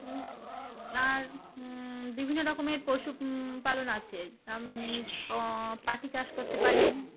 আর বিভিন্ন রকমের পশু পালন আছে আপনি পাখি চাষ করতে পারেন